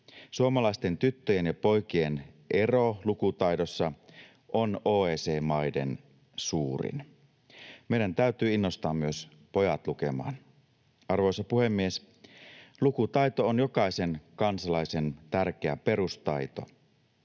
Suomalaisten tyttöjen ja poikien ero lukutaidossa on OECD-maiden suurin. Meidän täytyy innostaa myös pojat lukemaan. Arvoisa puhemies! Lukutaito on jokaisen kansalaisen tärkeä perustaito.